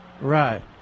Right